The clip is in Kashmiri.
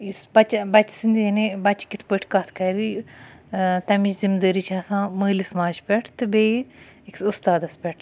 یُس بَچہِ سٕندۍ یعنی بَچہِ کٕتھ پٲٹھۍ کَتھ کَرِ تمِچ زِمدٲری چھِ آسان مٲلِس ماجہِ پٮ۪ٹھ تہٕ بیٚیہِ أکِس اُستادَس پٮ۪ٹھ